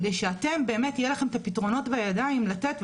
כדי שלכם באמת יהיו את הפתרונות בידיים לתת,